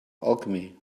alchemy